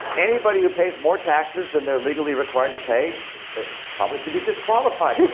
anybody who pays more taxes than they're legally required to pay probably should be disqualified.